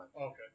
Okay